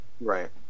right